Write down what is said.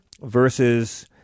versus